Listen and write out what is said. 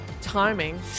Timing